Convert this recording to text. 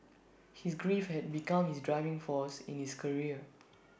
his grief had become his driving force in his career